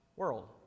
world